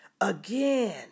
Again